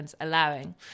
allowing